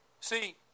See